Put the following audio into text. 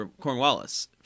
Cornwallis